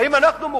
האם אנחנו מוכנים?